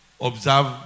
observe